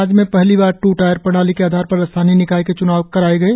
राज्य में पहली बार टू टायर प्रणाली के आधार पर स्थानीय निकाय के च्नाव कराये गए